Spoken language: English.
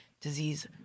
Disease